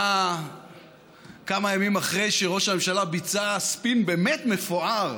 באה כמה ימים אחרי שראש הממשלה ביצע ספין באמת מפואר.